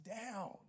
down